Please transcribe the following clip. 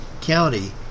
County